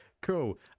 Cool